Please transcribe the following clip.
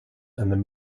and